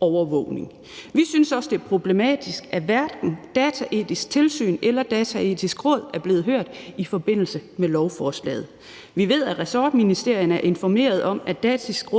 overvågning. Vi synes også, det er problematisk, at hverken Datatilsynet eller Dataetisk Råd er blevet hørt i forbindelse med lovforslaget. Vi ved, at ressortministerierne er informeret om, at Dataetisk